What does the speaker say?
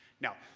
now,